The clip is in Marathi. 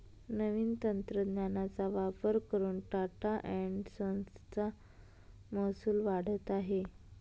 नवीन तंत्रज्ञानाचा वापर करून टाटा एन्ड संस चा महसूल वाढत आहे